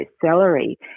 salary